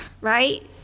right